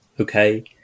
okay